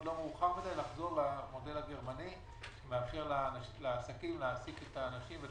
לא מאוחר מדי לחזור למודל הגרמני ולאפשר לעסקים להעסיק את האנשים.